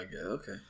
Okay